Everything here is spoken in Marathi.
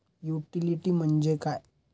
युटिलिटी म्हणजे काय?